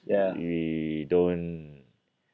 we don't